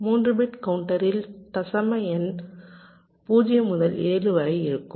3 bit கவுண்டரில் தசம எண்கள் 0 முதல் 7 வரை இருக்கும்